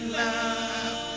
love